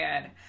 good